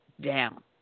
down